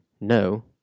No